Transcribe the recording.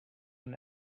him